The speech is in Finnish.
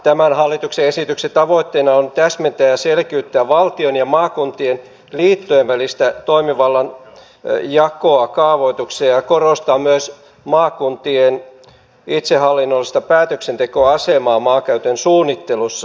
tämän hallituksen esityksen tavoitteena on täsmentää ja selkiyttää valtion ja maakuntien liittojen välistä toimivallan jakoa kaavoituksia ja korostaa myös maakuntien itsehallinnollista päätöksentekoasemaa maankäytön suunnittelussa